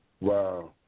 Wow